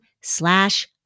slash